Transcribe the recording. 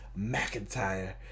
McIntyre